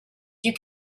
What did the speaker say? you